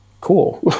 cool